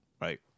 right